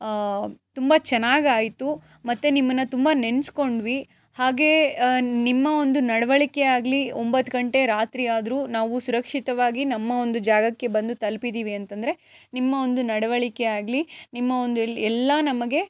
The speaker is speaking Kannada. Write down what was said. ತುಂಬ ಚೆನ್ನಾಗಾಯ್ತು ಮತ್ತು ನಿಮ್ಮನ್ನು ತುಂಬ ನೆನೆಸ್ಕೊಂಡ್ವಿ ಹಾಗೇ ನಿಮ್ಮ ಒಂದು ನಡವಳ್ಕೆ ಆಗಲಿ ಒಂಬತ್ತು ಗಂಟೆ ರಾತ್ರಿ ಆದರೂ ನಾವು ಸುರಕ್ಷಿತವಾಗಿ ನಮ್ಮ ಒಂದು ಜಾಗಕ್ಕೆ ಬಂದು ತಲುಪಿದೀವಿ ಅಂತಂದರೆ ನಿಮ್ಮ ಒಂದು ನಡವಳಿಕೆ ಆಗಲಿ ನಿಮ್ಮ ಒಂದು ಎಲ್ಲ ನಮಗೆ